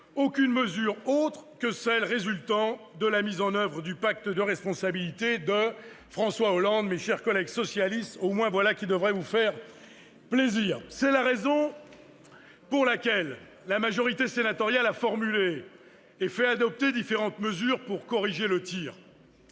aucune mesure autre que celles résultant de la mise en oeuvre du pacte de responsabilité de ... François Hollande ! Mes chers collègues socialistes, voilà au moins qui devrait vous faire plaisir. C'est la raison pour laquelle la majorité sénatoriale a formulé et fait adopter différentes mesures pour corriger le tir.